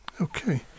Okay